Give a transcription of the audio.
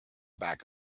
back